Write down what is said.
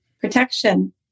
protection